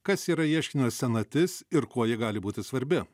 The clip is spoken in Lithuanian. kas yra ieškinio senatis ir kuo ji gali būti svarbi